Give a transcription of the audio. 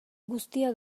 guztia